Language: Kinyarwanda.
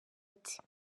ati